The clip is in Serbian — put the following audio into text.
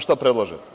Šta predlažete?